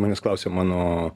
manęs klausė mano